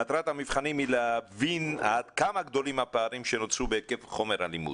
מטרת המבחנים היא להבין עד כמה גדולים הפערים שנוצרו בהיקף חומר הלימוד.